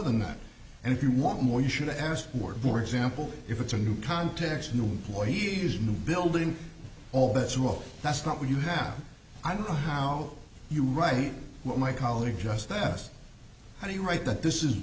than that and if you want more you should ask more for example if it's a new context new employees new building all that smoke that's not what you have i don't know how you write what my colleague just asked how do you write that this is